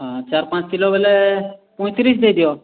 ହଁ ଚାରି ପାଞ୍ଚ କିଲୋ ବୋଇଲେ ପଞ୍ଚ ତିରିଶ ଦେଇ ଦିଅ